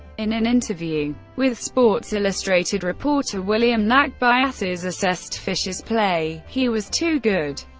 in an interview with sports illustrated reporter william nack, biyiasas assessed fischer's play he was too good.